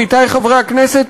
עמיתי חברי הכנסת,